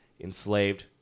enslaved